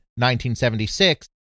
1976